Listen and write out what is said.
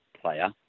player